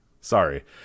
Sorry